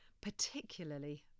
particularly